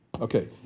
Okay